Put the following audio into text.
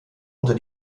unter